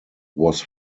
was